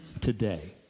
today